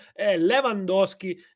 Lewandowski